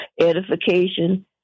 edification